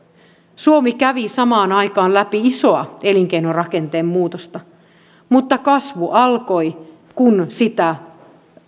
suomi kävi samaan aikaan läpi isoa elinkeinorakenteen muutosta mutta kasvu alkoi kun sitä